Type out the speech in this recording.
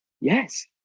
yes